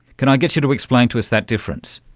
can i get you to explain to us that difference?